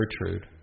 Gertrude